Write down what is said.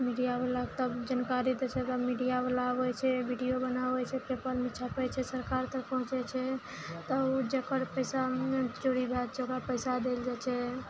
media बलाके तब जानकारी दै छै तऽ मीडिया बला आबै छै वीडियो बनाबै छै पेपरमे छपै छै सरकार तक पहुँचै छै तब जकर पैसा चोरी भऽ जाइ छै ओकरा पैसा देल जाइ छै